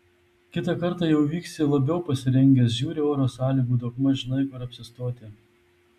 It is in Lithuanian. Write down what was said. kitą kartą jau vyksti labiau pasirengęs žiūri oro sąlygų daugmaž žinai kur apsistoti